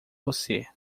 você